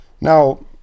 Now